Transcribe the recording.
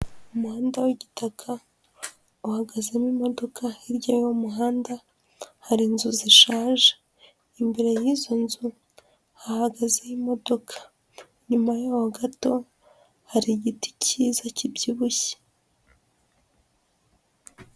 Umuhanda w'igitaka uhagazemo imodoka, hirya y'uwo muhanda hari inzu zishaje, imbere y'izo nzu hahagazeho imodoka, inyuma yaho gato hari igiti cyiza kibyibushye.